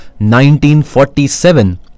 1947